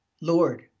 Lord